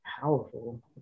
powerful